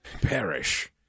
Perish